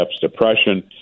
depression